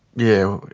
yeah,